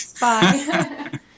Bye